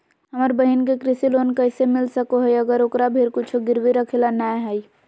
हमर बहिन के कृषि लोन कइसे मिल सको हइ, अगर ओकरा भीर कुछ गिरवी रखे ला नै हइ?